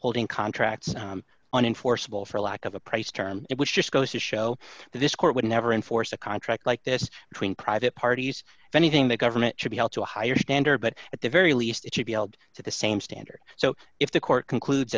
holding contracts on enforceable for lack of a price term it which just goes to show that this court would never enforce a contract like this between private parties if anything the government should be held to a higher standard but at the very least it should be held to the same standard so if the court conclude